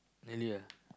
really ah